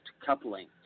coupling